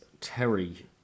Terry